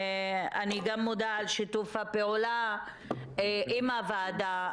אני גם מודה על שיתוף הפעולה עם הוועדה.